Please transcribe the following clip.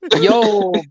Yo